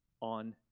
on